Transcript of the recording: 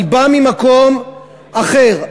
אני בא ממקום אחר,